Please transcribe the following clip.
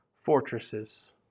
fortresses